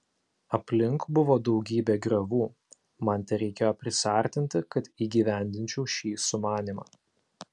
aplink buvo daugybė griovų man tereikėjo prisiartinti kad įgyvendinčiau šį sumanymą